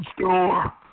store